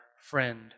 friend